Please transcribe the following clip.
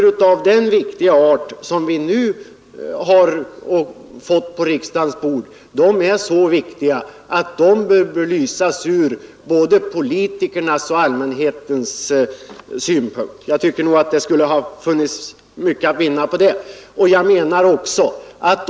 En så viktig fråga som det här gäller bör belysas både ur politikernas och ur allmänhetens synpunkt. Mycket skulle ha kunnat vinnas genom detta.